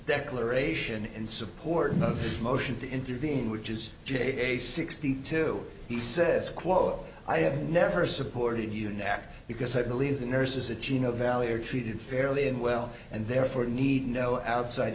declaration in support of his motion to intervene which is j a sixty two he says quote i have never supported you nak because i believe the nurses the jena valley are treated fairly and well and therefore need no outside